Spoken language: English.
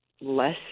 less